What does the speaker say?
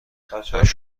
هشتاد